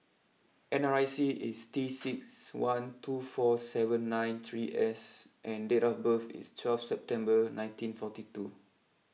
N R I C is T six one two four seven nine three S and date of birth is twelve September nineteen forty two